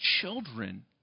children